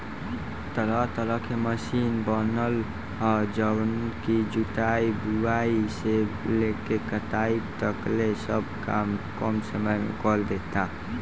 तरह तरह के मशीन बनल ह जवन की जुताई, बुआई से लेके कटाई तकले सब काम कम समय में करदेता